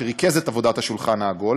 שריכז את עבודת השולחן העגול,